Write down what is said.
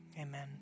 amen